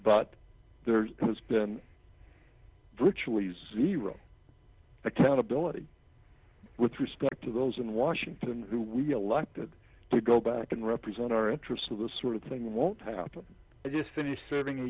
but there has been virtually zero accountability with respect to those in washington who we elected to go back and represent our interests of the sort of thing won't happen i just finished serving a